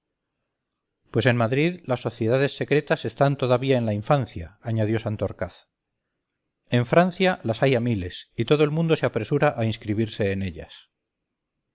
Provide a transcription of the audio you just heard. pues en madrid las sociedades secretas están todavía en la infancia añadió santorcaz en francia las hay a miles y todo el mundo se apresura a inscribe en ellas